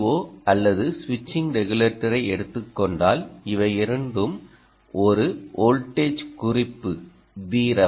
ஓ அல்லது சுவிட்ச் ரெகுலேட்டரை எடுத்துக் கொண்டால் இவை இரண்டும் ஒரு வோல்டேஜ் குறிப்பு Vref